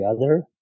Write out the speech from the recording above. together